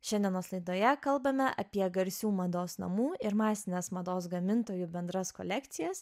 šiandienos laidoje kalbame apie garsių mados namų ir masinės mados gamintojų bendras kolekcijas